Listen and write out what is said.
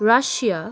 Russia